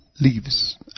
leaves